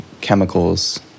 chemicals